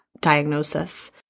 diagnosis